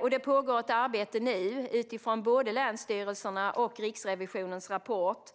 och det pågår ett arbete från regeringens sida nu utifrån både länsstyrelsens rapport och Riksrevisionens rapport.